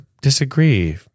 disagree